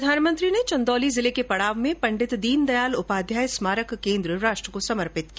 प्रधानमंत्री ने चंदौली जिले के पडाव में पंडित दीनदयाल उपाध्याय स्मारक केन्द्र राष्ट्र को समर्पित किया